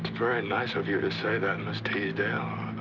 very nice of you to say that, miss teasdale,